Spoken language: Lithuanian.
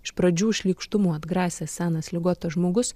iš pradžių šlykštumu atgrasęs senas ligotas žmogus